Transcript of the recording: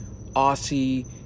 Aussie